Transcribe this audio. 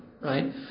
right